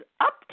up